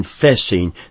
confessing